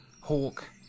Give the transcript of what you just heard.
hawk